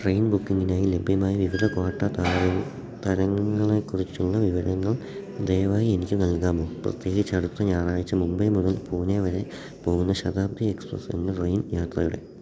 train ബുക്കിംഗിനായി ലഭ്യമായ വിവിധ ക്വാട്ട തരങ്ങളെക്കുറിച്ചുള്ള വിവരങ്ങൾ ദയവായി എനിക്ക് നൽകാമോ പ്രത്യേകിച്ച് അടുത്ത ഞായറാഴ്ച മുംബൈ മുതൽ പൂനെ വരെ പോകുന്ന ശതാബ്ദി എക്സ്പ്രസ്സ് എന്ന ട്രെയിൻ യാത്രയുടെ